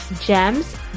GEMS